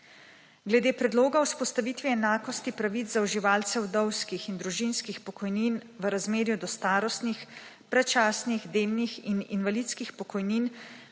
Glede predloga vzpostavitve enakosti pravic za uživalce vdovskih in družinskih pokojnin v razmerju do starostnih, predčasnih, demnih(?) in invalidskih pokojnin